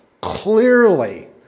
Clearly